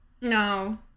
no